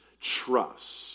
trust